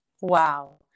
Wow